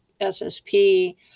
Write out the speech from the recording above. SSP